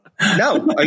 No